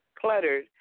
cluttered